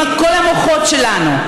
עם כל המוחות שלנו,